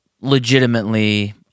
legitimately